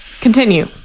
Continue